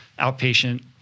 outpatient